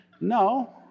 no